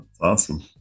Awesome